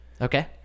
Okay